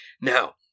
Now